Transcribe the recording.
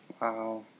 Wow